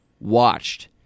watched